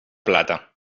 plata